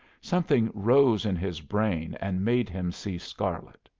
something rose in his brain and made him see scarlet.